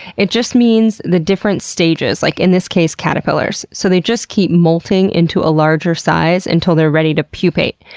it just means the different stages, like in this case, caterpillars. so they just keep molting into a larger size until they're ready to pupate.